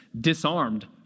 disarmed